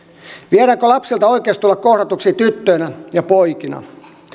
viedäänkö lapsilta oikeus tulla kohdatuksi tyttöinä ja poikina